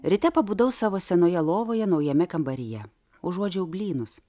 ryte pabudau savo senoje lovoje naujame kambaryje užuodžiau blynus